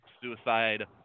Suicide